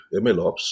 MLOps